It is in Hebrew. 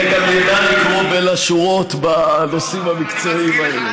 גם ידע לקרוא בין השורות בנושאים המקצועיים האלה.